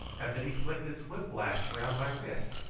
and that he flicked his whip-lash round my wrist.